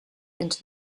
into